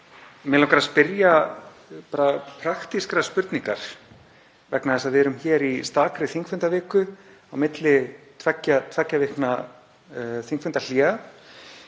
Mig langar að spyrja praktískrar spurningar vegna þess að við erum hér í stakri þingfundaviku á milli tveggja vikna þingfundahléa